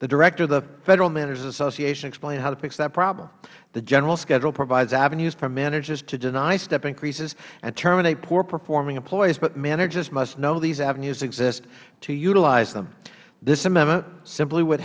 the director of the federal managers association explained how to fix that problem the general schedule provides avenues for managers to deny step increases and terminate poor performing employees but managers must know these avenues exist to utilize them this amendment simply would